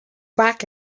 back